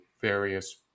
various